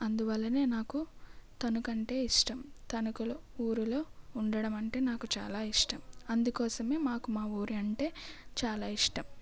అందువల్లనే నాకు తణుకు అంటే ఇష్టం తణుకులో ఊరిలో ఉండడం అంటే నాకు చాలా ఇష్టం అందుకోసమే మాకు మా ఊరు అంటే చాలా ఇష్టం